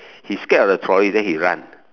he scared of the trolley then he run